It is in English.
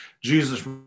Jesus